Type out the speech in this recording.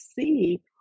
see